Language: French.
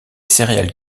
céréales